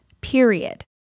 period